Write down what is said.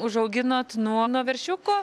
užauginot nuo nuo veršiuko